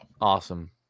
awesome